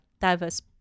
diverse